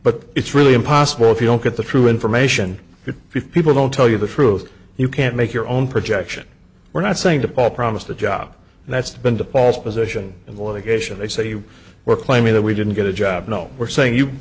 but it's really impossible if you don't get the true information could be people don't tell you the truth you can't make your own projection we're not saying to paul promised a job that's been to paul's position in the litigation they say you were claiming that we didn't get a job no we're saying you